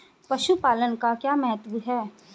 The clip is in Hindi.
पशुपालन का क्या महत्व है?